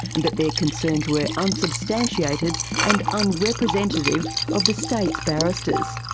and that their concerns were unsubstantiated and unrepresentative of the state's barristers.